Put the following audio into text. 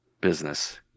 business